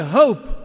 hope